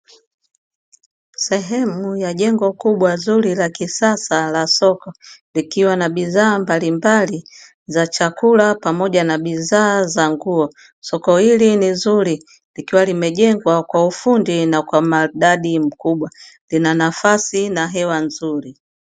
Sehemu ya jengo kubwa zuri la kisasa la soko, likiwa na bidhaa mbalimbali za chakula pamoja na bidhaa za nguo. Soko hili ni zuri likiwa limejengwa kwa ufundi na kwa umaridadi mkubwa, lina nafasi na hewa nzuri.